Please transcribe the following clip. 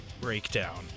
breakdown